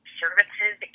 services